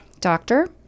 doctor